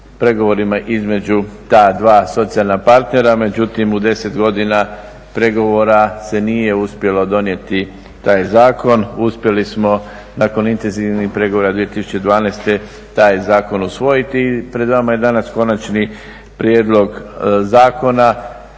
pregovorima između ta dva socijalna partnera, međutim u 10 godina pregovora se nije uspjelo donijeti taj zakon. Uspjeli smo nakon intenzivnih pregovora 2012. taj zakon usvojiti i pred vama je danas konačni prijedlog zakona